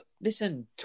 Listen